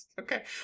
Okay